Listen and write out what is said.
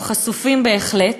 הם חשופים בהחלט.